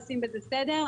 עושים בזה סדר.